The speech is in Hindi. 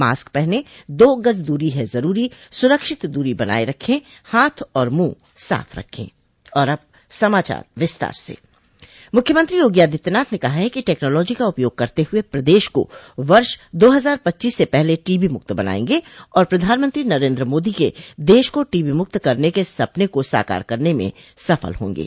मास्क पहनें दो गज दूरी है जरूरी सूरक्षित दूरी बनाये रखें हाथ और मुंह साफ रखें और अब समाचार विस्तार से मुख्यमंत्री योगी आदित्यनाथ ने कहा है कि टेक्नॉलोजी का उपयोग करते हुए प्रदेश को वर्ष दो हजार पच्चीस से पहले टीबी मूक्त बनायेंगे और प्रधानमंत्री नरेन्द्र मोदी के दश को टीबीमूक्त करने के सपने को साकार करने में सफल होंगे